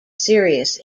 serious